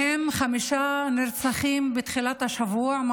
חמישה מהם נרצחים בתחילת השבוע,